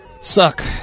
suck